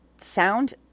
sound